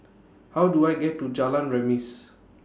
How Do I get to Jalan Remis